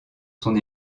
son